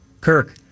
Kirk